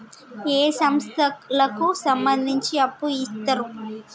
ఏ సంస్థలకు సంబంధించి అప్పు ఇత్తరు?